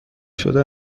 شده